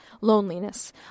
loneliness